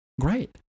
Great